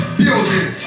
building